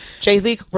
jay-z